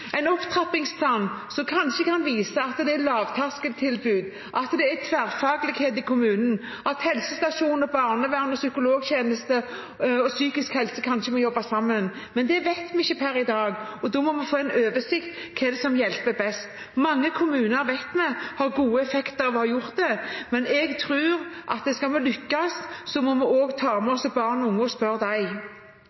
en opptrappingsplan som kanskje kan vise at det trengs lavterskeltilbud, at det trengs tverrfaglighet i kommunen, at helsestasjonene, barnevernet, psykologtjenesten og psykisk helse kanskje må jobbe sammen. Men det vet vi ikke per i dag, og da må vi få en oversikt over hva som hjelper best. Vi vet at mange kommuner har gode effekter av å ha gjort dette, men jeg tror at skal vi lykkes, må vi også ta med